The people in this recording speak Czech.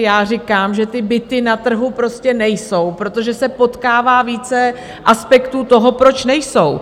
Já říkám, že ty byty na trhu prostě nejsou, protože se potkává více aspektů toho, proč nejsou.